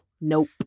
Nope